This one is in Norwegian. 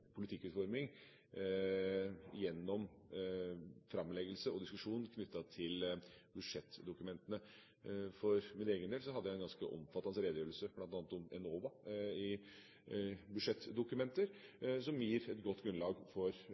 politikkutforming gjennom framleggelse og diskusjon knyttet til budsjettdokumentene. For min egen del hadde jeg en ganske omfattende redegjørelse, bl.a. om Enova, i budsjettdokumenter, som gir et godt grunnlag for